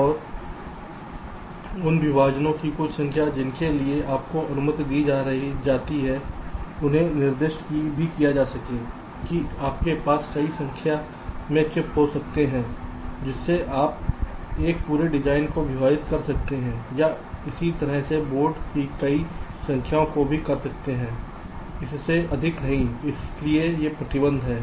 और उन विभाजनों की कुल संख्या जिनके लिए आपको अनुमति दी जाती है उन्हें निर्दिष्ट भी किया जा सके कि आपके पास कई संख्या में चिप्स हो सकते हैं जिसमें आप एक पूरे डिज़ाइन को विभाजित कर सकते हैं या इसी तरह से बोर्ड की कई संख्याओं को भी कर सकते हैं इससे अधिक नहीं हैं इसलिए ये प्रतिबंध हैं